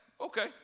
Okay